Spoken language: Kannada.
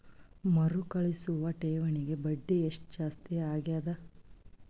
ಮರುಕಳಿಸುವ ಠೇವಣಿಗೆ ಬಡ್ಡಿ ಎಷ್ಟ ಜಾಸ್ತಿ ಆಗೆದ?